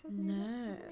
No